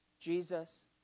Jesus